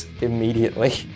immediately